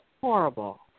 horrible